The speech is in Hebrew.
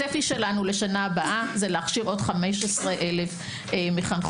הצפי שלנו לשנה הבאה זה להכשיר עוד 15,000 מחנכות-מטפלות.